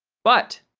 but!